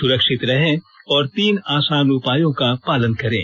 सुरक्षित रहें और तीन आसान उपायों का पालन करें